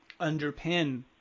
underpin